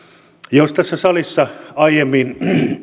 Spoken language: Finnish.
jos tässä salissa aiemmin